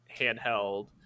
handheld